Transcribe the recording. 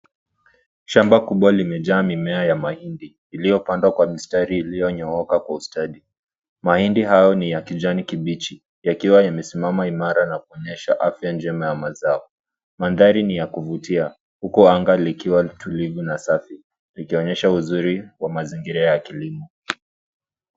Shamba kubwa limejaa mimea ya mahindi iliyopandwa kwa mistari iliyonyooka kwa ustadi. Mahindi hayo ni ya kijani kibichi yakiwa yamesimama imara na kuonyesha afya njema ya mazao. Mandhari ni ya kuvutia huku anga ikiwa tulivu na safi, ikionyesha uzuri wa mazingira ya kilimo.